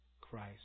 Christ